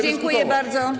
Dziękuję bardzo.